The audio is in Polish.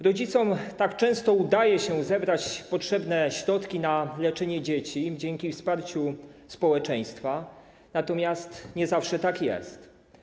Rodzicom często udaje się zebrać potrzebne środki na leczenie dzieci dzięki wsparciu społeczeństwa, natomiast nie zawsze tak jest.